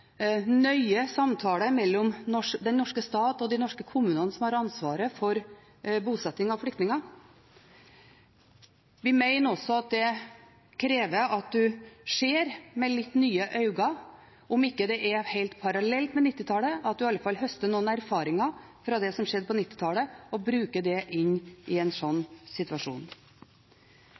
mellom den norske stat og de norske kommunene som har ansvaret for bosetting av flyktninger. Vi mener også at det krever at en ser med litt nye øyne – om det ikke er helt parallelt med 1990-tallet, kan en iallfall høste noen erfaringer fra det som skjedde på 1990-tallet, og bruke det inn i en